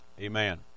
Amen